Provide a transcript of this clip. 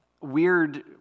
weird